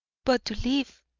but to live,